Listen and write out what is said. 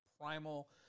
primal